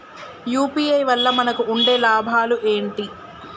UPI వల్ల మనకు ఉండే లాభాలు ఏంటి?